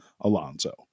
Alonso